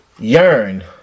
Yearn